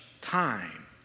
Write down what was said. time